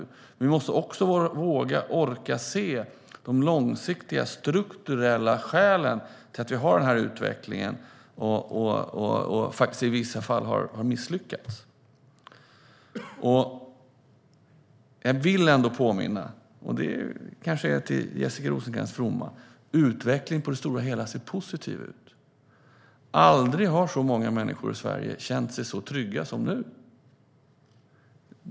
Men vi måste också våga orka se de långsiktiga, strukturella skälen till den utvecklingen och att vi i vissa fall har misslyckats. Jag vill påminna om - det kanske är till Jessica Rosencrantz fromma - att utvecklingen ser positiv ut på det stora hela. Aldrig har så många människor i Sverige känt sig så trygga som nu.